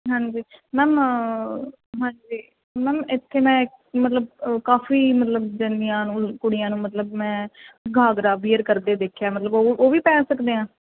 ਹਾਂਜੀ ਮੈਮ ਹਾਂਜੀ ਮੈਮ ਇੱਥੇ ਮੈਂ ਇੱ ਮਤਲਬ ਕਾਫ਼ੀ ਮਤਲਬ ਜਨਾਨੀਆਂ ਨੂੰ ਕੁੜੀਆਂ ਨੂੰ ਮਤਲਬ ਮੈਂ ਗਾਗਰਾ ਵੀਅਰ ਕਰਦੇ ਦੇਖਿਆ ਮਤਲਬ ਉਹ ਉਹ ਵੀ ਪਹਿਨ ਸਕਦੇ ਹਾਂ